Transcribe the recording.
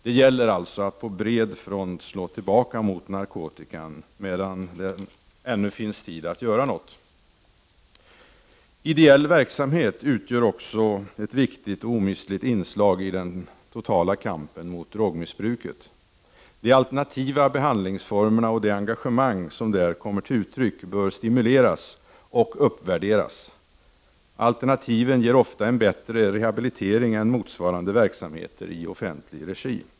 Det gäller att slå tillbaka mot narkotikan på bred front, medan det ännu finns tid att göra något. Ideell verksamhet utgör också ett viktigt och omistligt inslag i den totala kampen mot drogmissbruket. De alternativa behandlingsformerna och det engagemang som där kommer till uttryck bör stimuleras och uppvärderas. Alternativen ger ofta en bättre rehabilitering än motsvarande verksamheter i offentlig regi.